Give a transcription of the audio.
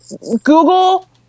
Google